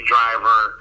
Driver